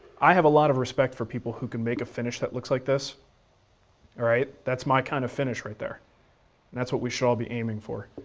i have a lot of respect for people who can make a finish that looks like this, all right? that's my kind of finish right there and that's what we should all be aiming for,